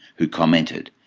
who commented,